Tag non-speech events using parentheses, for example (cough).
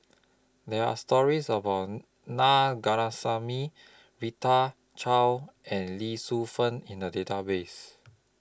There Are stories about Na (unintelligible) Rita Chao and Lee Shu Fen in The Database